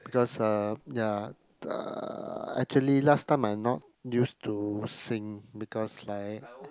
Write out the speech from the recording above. because uh ya uh actually last time I not used to sing because like